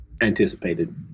anticipated